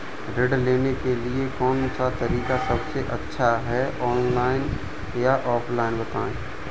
ऋण लेने के लिए कौन सा तरीका सबसे अच्छा है ऑनलाइन या ऑफलाइन बताएँ?